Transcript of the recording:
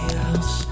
else